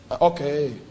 okay